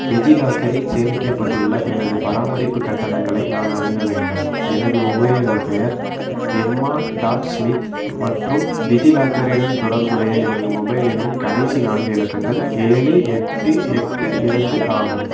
டிஜிலாக்கரில் சேமிக்கப்பட்டுள்ள எனது பராமரிப்பு கட்டணங்களை நான் அணுக வேண்டும் எனது உபயோகப் பெயர் எம்மா டாட் ஸ்மித் மற்றும் டிஜிலாக்கரிடன் தொடர்புடைய எனது மொபைல் எண்ணின் கடைசி நான்கு இலக்கங்கள் ஏழு எட்டு எட்டு இரண்டு ஆகும்